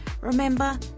remember